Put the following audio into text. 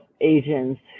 agents